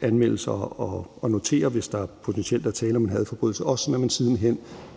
anmeldelser, og noterer, hvis der potentielt er tale om en hadforbrydelse, også sådan at man siden hen